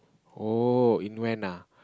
oh in when ah